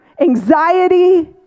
anxiety